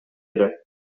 эле